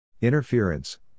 Interference